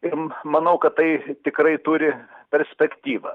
ir manau kad tai tikrai turi perspektyvą